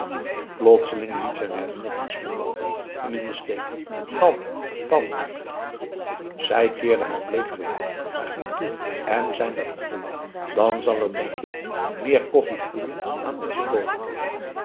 plotseling liet zijn herinneringsvermogen hem in den steek dàn dàn zij keerde haar bleek gelaat naar hem toe en zei met droeven lach dan zal er denk ik meer koffie groeien aan onze boomen